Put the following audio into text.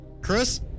Chris